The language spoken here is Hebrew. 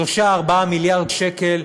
3 4 מיליארד שקלים,